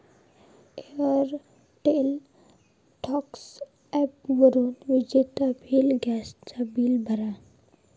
Airtel thanks ॲपवरून विजेचा bill, gas चा बिल भरा